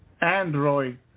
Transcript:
Android